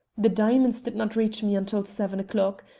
the diamonds did not reach me until seven o'clock.